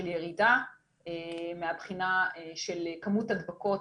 ירידה מהבחינה של כמות הדבקות.